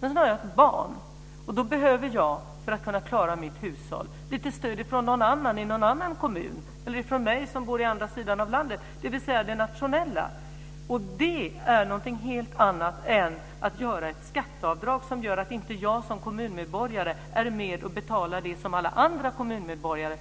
Men så har jag ett barn och då behöver jag för att kunna klara mitt hushåll lite stöd från någon annan i en annan kommun, eller från någon som bor i andra änden av landet, dvs. det nationella. Det är någonting helt annat än att göra ett skatteavdrag som innebär att inte jag som kommunmedborgare är med och betalar det som alla andra kommunmedborgare